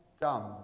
dumb